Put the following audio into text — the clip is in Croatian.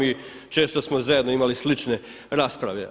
I često smo zajedno imali slične rasprave.